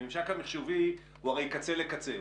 הממשק המחשובי הוא הרי מקצה לקצה.